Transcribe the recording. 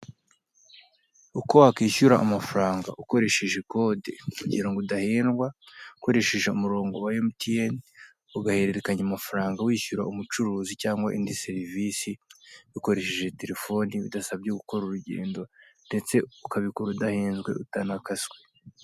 Uko wakwishyura amafaranga ukoresheje kode kugira ngo udahendwa ukoresheje umurongo wa emutiyeni ugahererekanya amafaranga wishyura umucuruzi cyangwa indi serivise ukoresheje telefone bidasabye gukora urugendo ndetse ukabikora udahenzwe, utanakaswe.